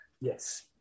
Yes